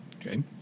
Okay